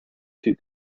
two